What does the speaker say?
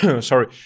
sorry